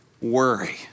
worry